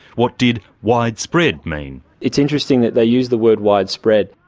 what did widespread mean? it's interesting that they use the word widespread.